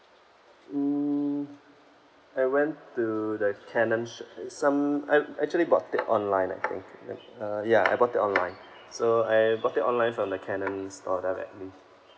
hmm I went to the canon shop some I actually bought it online I think yup uh ya I bought it online so I bought it online from the canon's store directly